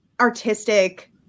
artistic